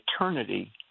eternity